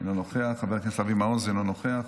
אינו נוכח,